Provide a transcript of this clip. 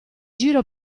giro